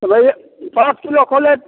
होलै पॉंच किलोके होलै